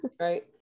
right